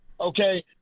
okay